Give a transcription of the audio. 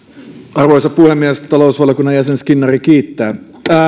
arvoisa puhemies talousvaliokunnan jäsen skinnari kiittää